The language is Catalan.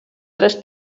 tres